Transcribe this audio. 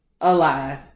alive